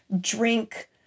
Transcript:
drink